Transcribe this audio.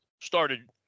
started